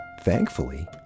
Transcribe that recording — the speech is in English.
thankfully